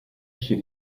chez